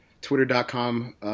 twitter.com